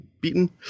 beaten